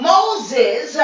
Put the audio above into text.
Moses